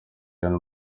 real